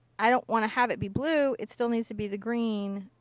i don't want to have it be blue. it still needs to be the green,